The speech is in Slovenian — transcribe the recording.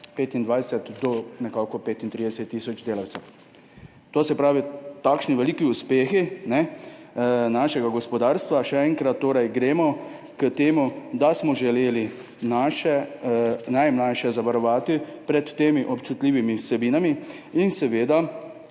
25 do 35 tisoč delavcev, to se pravi, takšni veliki uspehi našega gospodarstva. Še enkrat, gremo k temu, da smo želeli naše najmlajše zavarovati pred temi občutljivimi vsebinami in ker